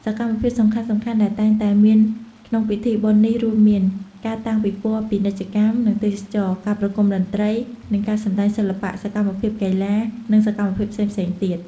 សកម្មភាពសំខាន់ៗដែលតែងតែមានក្នុងពិធីបុណ្យនេះរួមមាន៖ ការតាំងពិព័រណ៍ពាណិជ្ជកម្ម និងទេសចរណ៍ ការប្រគំតន្ត្រី និងការសម្តែងសិល្បៈ សកម្មភាពកីឡា និងសកម្មភាពផ្សេងៗទៀត។